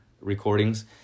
recordings